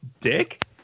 Dick